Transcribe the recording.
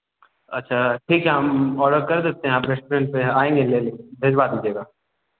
अच्छा ठीक है हम ऑर्डर कर देते हैं आप रेस्टॉरेंट पर आएँगे ले ले भेजवा दीजिएगा